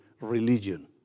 religion